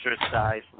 exercise